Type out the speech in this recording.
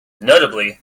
notably